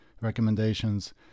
recommendations